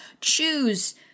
choose